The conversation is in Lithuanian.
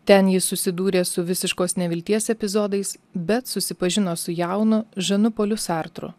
ten ji susidūrė su visiškos nevilties epizodais bet susipažino su jaunu žanu poliu sartru